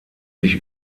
sich